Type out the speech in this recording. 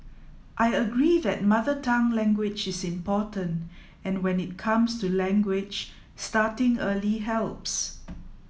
I agree that Mother Tongue language is important and when it comes to language starting early helps